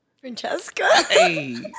Francesca